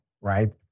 right